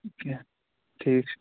ٹھیٖک چھُ